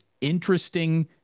interesting